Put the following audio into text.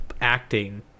acting